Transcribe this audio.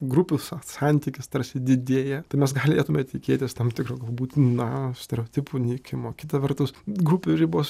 grupių sa santykis tarsi didėja tai mes galėtume tikėtis tam tikro galbūt na stereotipų nykimo kita vertus grupių ribos